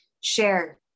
share